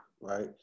right